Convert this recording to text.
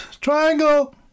Triangle